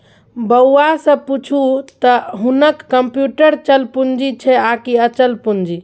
बौआ सँ पुछू त हुनक कम्युटर चल पूंजी छै आकि अचल पूंजी